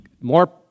more